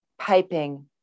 piping